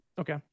Okay